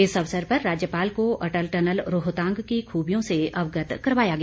इस अवसर पर राज्यपाल को अटल टनल रोहतांग की खुबियों से अवगत कराया गया